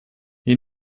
you